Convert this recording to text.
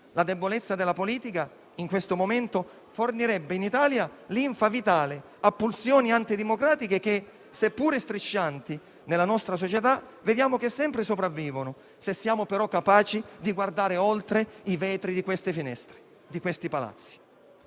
La debolezza della politica in questo momento fornirebbe in Italia linfa vitale a pulsioni antidemocratiche che, seppur striscianti nella nostra società, vediamo che sempre sopravvivono, se siamo però capaci di guardare oltre i vetri delle finestre di questi palazzi.